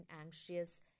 anxious